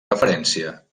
referència